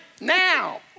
now